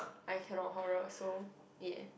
I cannot horror so ya